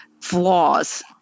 flaws